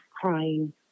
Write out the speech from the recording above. crying